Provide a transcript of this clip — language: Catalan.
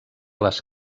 les